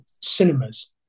cinemas